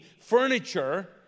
furniture